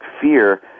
fear